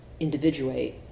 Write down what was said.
individuate